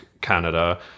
Canada